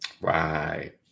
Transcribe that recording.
right